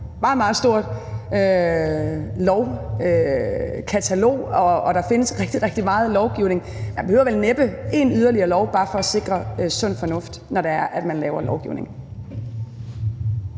et meget, meget stort lovkatalog, og der findes rigtig, rigtig meget lovgivning, så man behøver næppe yderligere en lov bare for at sikre sund fornuft, når man laver lovgivning.